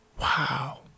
wow